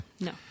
no